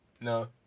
No